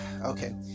Okay